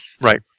Right